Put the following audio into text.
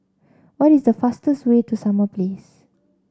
what is the fastest way to Summer Place